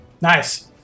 Nice